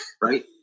Right